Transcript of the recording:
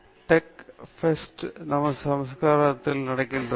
tech பெஸ்டில் நமது சாஸ்திரத்தில் நுண்ணிணைவு உள்ளது